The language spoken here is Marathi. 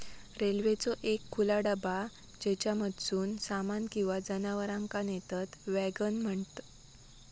रेल्वेचो एक खुला डबा ज्येच्यामधसून सामान किंवा जनावरांका नेतत वॅगन म्हणतत